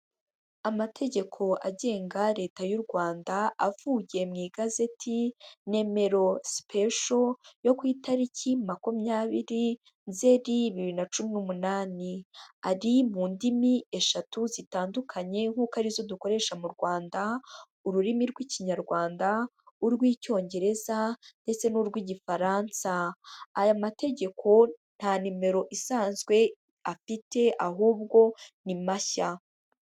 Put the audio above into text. Amategeko agenga Leta y'u Rwanda, avuye mu igazeti nimero special yo ku itariki makumyabiri Nzeri bibiri na cumi n'umunani, ari mu ndimi eshatu zitandukanye nk'uko ari zo dukoresha mu Rwanda, ururimi rw'Ikinyarwanda, urw'Icyongereza ndetse n'urw'Igifaransa, aya mategeko nta nimero isanzwe afite ahubwo ni mashya.